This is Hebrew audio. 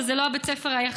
וזה לא בית הספר היחיד,